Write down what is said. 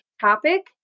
topic